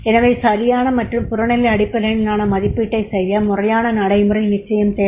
எனவே சரியான மற்றும் புறநிலை அடிப்படையிலான மதிப்பீட்டைச் செய்ய முறையான நடைமுறை நிச்சயம் தேவை